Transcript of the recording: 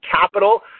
capital